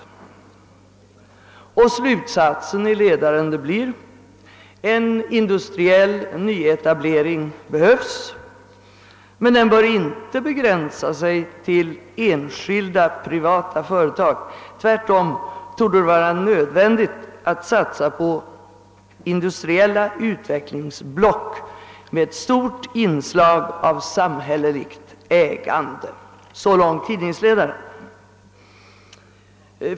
Ledarens slutsats blir: »En industriell nyetablering är nödvändig, men denna nyetablering bör inte begränsas till enskilda privata företag. Tvärtom torde det vara nödvändigt att satsa på industriella utvecklingsblock med ett stort inslag av samhälleligt ägande.» Så långt tidningsledaren.